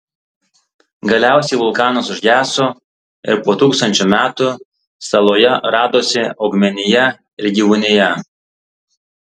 galiausiai vulkanas užgeso ir po tūkstančių metų saloje radosi augmenija ir gyvūnija